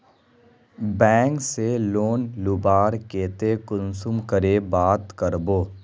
Bank से loan लुबार केते कुंसम करे बात करबो?